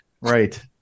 right